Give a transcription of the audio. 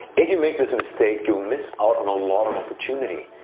if you make this mistake, you'll miss out on a lot of opportunity.